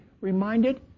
reminded